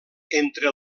entre